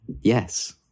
yes